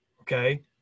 okay